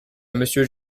monsieur